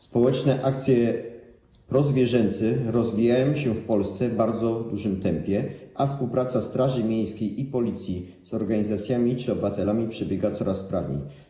Społeczne akcje prozwierzęce rozwijają się w Polsce w bardzo dużym tempie, a współpraca straży miejskiej i Policji z organizacjami czy obywatelami przebiega coraz sprawniej.